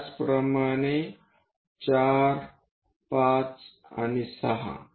त्याचप्रमाणे 4 5 आणि 6